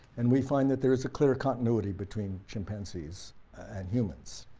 and we find that there is a clear continuity between chimpanzees and humans.